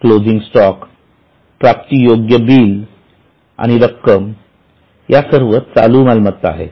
closing stock प्राप्तियोग्य bill आणि रक्कम यासर्व चालू मालमत्ता आहेत